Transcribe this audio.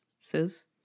says